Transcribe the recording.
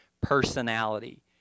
personality